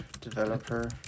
developer